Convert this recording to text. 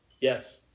Yes